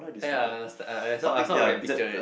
!aiya! I sort of can picture it